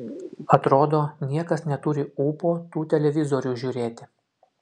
atrodo niekas neturi ūpo tų televizorių žiūrėti